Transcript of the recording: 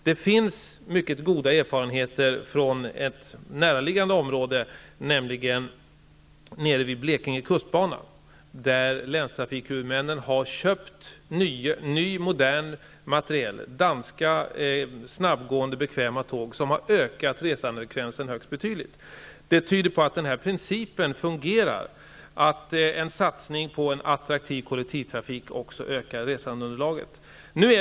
Det finns mycket goda erfarenheter från ett näraliggande område, nämligen Blekinge kustbana. Länstrafikhuvudmännen har där köpt ny, modern materiel, danska snabbgående, bekväma tåg, som har ökat resandefrekvensen högst betydligt. Det tyder på att den här principen fungerar, dvs. att en satsning på en attraktiv kollektivtrafik också ökar resandeunderlaget.